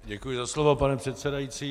Děkuji za slovo, pane předsedající.